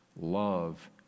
love